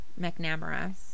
McNamara